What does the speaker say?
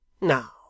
Now